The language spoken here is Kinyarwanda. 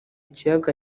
kiyaga